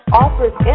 offers